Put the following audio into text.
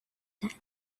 that